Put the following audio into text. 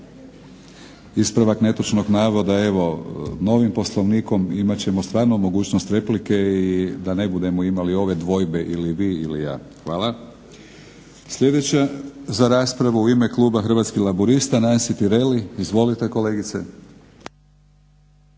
Ispravak netočnog navoda evo novim Poslovnikom imat ćemo stvarno mogućnost replike i da ne budemo imali ove dvojbe ili vi ili ja. Hvala. Sljedeća za raspravu u ime kluba Hrvatskih laburista Nansi Tireli. Izvolite kolegice.